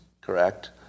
correct